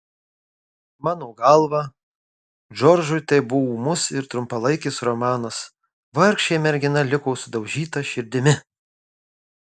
mano galva džordžui tai buvo ūmus ir trumpalaikis romanas vargšė mergina liko sudaužyta širdimi